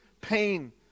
pain